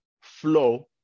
flow